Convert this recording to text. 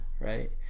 right